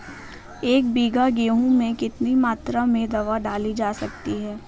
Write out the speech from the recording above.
एक बीघा गेहूँ में कितनी मात्रा में दवा डाली जा सकती है?